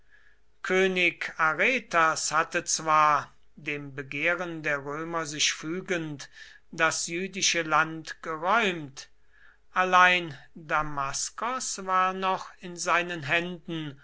könig aretas hatte zwar dem begehren der römer sich fügend das jüdische land geräumt allein damaskos war noch in seinen händen